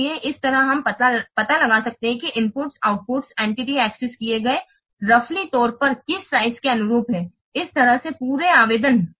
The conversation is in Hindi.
इसलिए इस तरह हम पता लगा सकते हैं कि इनपुट्स आउटपुट्स एंटिटी एक्सेस किए गए मोटे तौर पर किस साइज के अनुरूप हैं इस तरह से पूरे आवेदन